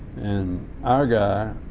and our guy